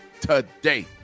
today